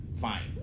Fine